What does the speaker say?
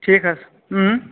ٹھیٖک حظ